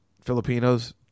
Filipinos